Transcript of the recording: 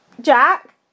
Jack